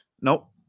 Nope